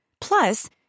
Plus